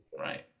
right